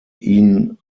ihn